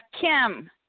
Kim